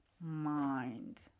mind